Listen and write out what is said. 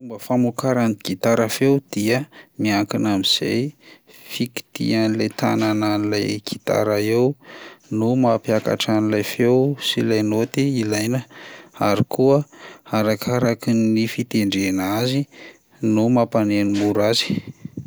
Ny fomba famokaran'ny gitara feo dia miankina amin'izay fikitihan'ilay tanana an'ilay gitara eo no mampiakatra an'ilay feo sy ilay naoty ilaina ary koa arakaraky ny fitendrena azy no mampaneno mora azy.